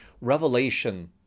Revelation